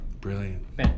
Brilliant